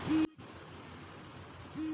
আপনারা কী সরাসরি একাউন্ট থেকে টাকা কেটে নেবেন?